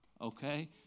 okay